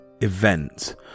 event